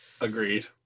Agreed